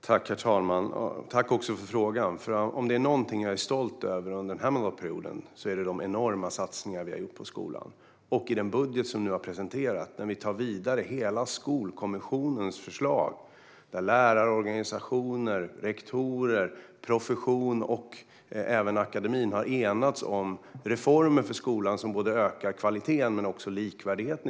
Herr talman! Tack för frågan! Om det är något jag är stolt över under denna mandatperiod är det de enorma satsningar vi har gjort på skolan. I den budget som nu har presenterats tar vi hela Skolkommissionens förslag vidare. Lärarorganisationer, rektorer, professionen och även akademin har enats om reformer för skolan som både höjer kvaliteten och ökar likvärdigheten.